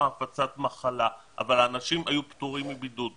הפצת מחלה אבל האנשים היו פטורים מבידוד.